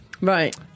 right